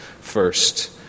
First